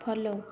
follow